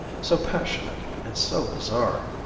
so passionate, and so bizarre.